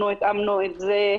אנחנו התאמנו את זה,